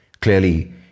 clearly